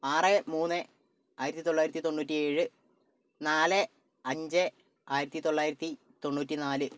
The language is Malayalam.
ആറ് മൂന്ന് ആയിരത്തി തൊള്ളായിരത്തി തൊണ്ണൂറ്റി ഏഴ് നാല് അഞ്ച് ആയിരത്തി തൊള്ളായിരത്തി തൊണ്ണൂറ്റി നാല്